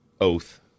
oath